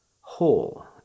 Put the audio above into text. whole